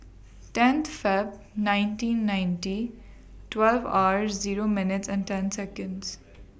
tenth Feb nineteen ninety twelve hours Zero minutes and ten Seconds